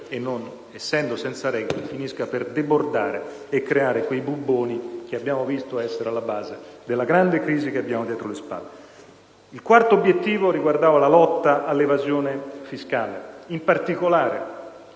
Il quarto obiettivo riguardava la lotta all'evasione fiscale.